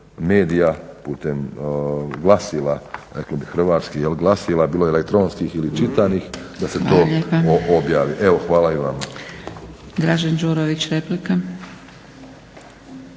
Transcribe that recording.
medija, putem glasila, hrvatskih glasila, bilo elektronskih ili čitanih, da se to objavi. Hvala.